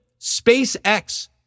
SpaceX